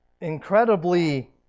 incredibly